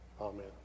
amen